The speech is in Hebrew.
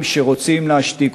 הכנסת,